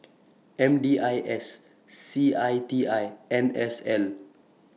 M D I S C I T I N S L